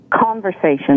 conversation